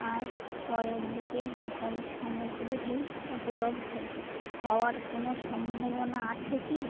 আজ পরের দিকে বেকারি সামগ্রী উপলব্ধ হওয়ার কোনো সম্ভবনা আছে কি